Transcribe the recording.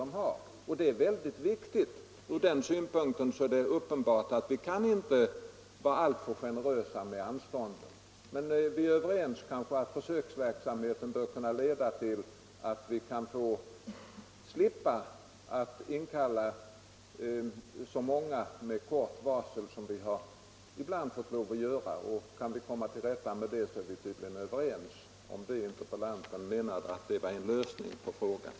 Det är väldigt viktigt, och från den synpunkten är det uppenbart att man inte kan vara alltför generös med tillstånd. Försöksverksamheten med överinkallelser bör kunna leda till att vi kanske slipper att inkalla så många med kort varsel som vi hittills ibland har fått göra. Om interpellanten menade att det var en lösning på problemet så är vi tydligen överens.